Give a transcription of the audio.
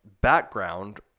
background